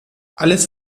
alles